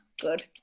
good